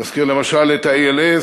נזכיר למשל את ה-ALS,